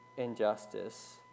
Injustice